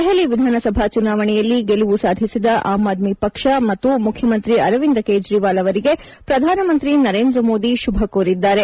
ದೆಹಲಿ ವಿಧಾನಸಭಾ ಚುನಾವಣೆಯಲ್ಲಿ ಗೆಲುವು ಸಾಧಿಸಿದ ಆಮ್ ಆದ್ದಿ ಪಕ್ಷ ಮತ್ತು ಮುಖ್ಯಮಂತ್ರಿ ಅರವಿಂದ ಕೇಜ್ರವಾಲ್ ಅವರಿಗೆ ಪ್ರಧಾನಮಂತ್ರಿ ನರೇಂದ್ರ ಮೋದಿ ಶುಭ ಕೋರಿದ್ಲಾರೆ